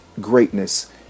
greatness